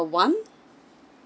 number one